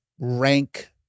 Rank